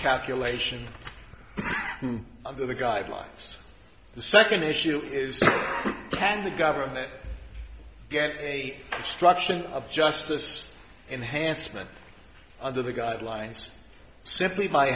calculation under the guidelines the second issue is can the government get a construction of justice enhanced meant under the guidelines simply by